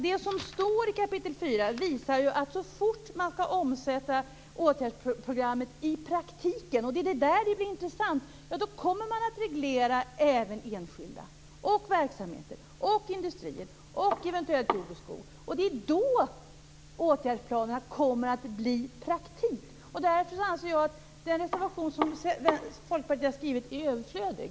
Det som står i 4 kap. visar att så fort som man skall omsätta åtgärdsprogrammet i praktiken, och det är då det blir intressant, kommer man att reglera även enskilda, verksamheter, industrier och eventuellt jord och skog. Det är då som åtgärdsplanerna kommer att bli praktik. Därför anser jag att den reservation som Folkpartiet har skrivit är överflödig.